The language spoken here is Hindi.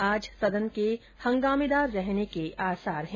आज सदन के हंगामेदार रहने के आसार है